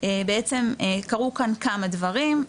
שבעצם קרו כאן כמה דברים,